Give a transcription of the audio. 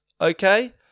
okay